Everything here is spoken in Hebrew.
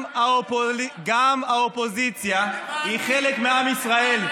גם האופוזיציה היא חלק מעם ישראל.